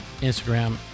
Instagram